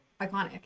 Iconic